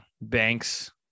banks